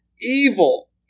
evil